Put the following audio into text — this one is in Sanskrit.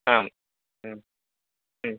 आम्